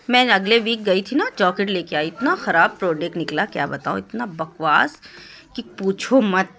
میں نا اگلے ویک گئی تھی نا جاکٹ لے کے آئی اتنا خراب پڑوڈکٹ نکلا کیا بتاؤں اتنا بکواس کہ پوچھو مت